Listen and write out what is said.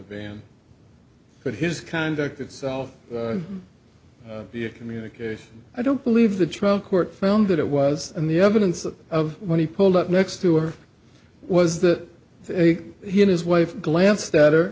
van but his conduct itself the communication i don't believe the trial court found that it was in the evidence of when he pulled up next to her was that he and his wife glanced at